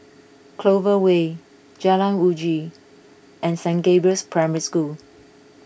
Clover Way Jalan Uji and Saint Gabriel's Primary School